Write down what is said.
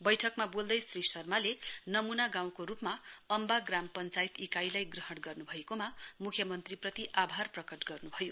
बैठकमा बोल्दै श्री शर्माले नमूना गाउँको रूपमा अम्वा ग्राम पञ्चायत इकाइलाई ग्रहण गर्नुभएकोमा मुख्यमन्त्रीप्रति आभार प्रकट गर्नुभयो